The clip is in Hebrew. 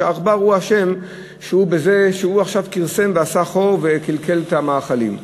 שהעכבר אשם בזה שהוא עכשיו כרסם ועשה חור וקלקל את המאכלים.